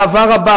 באהבה רבה.